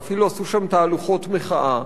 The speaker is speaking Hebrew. ואפילו עשו שם תהלוכות מחאה.